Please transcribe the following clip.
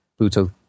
Bluetooth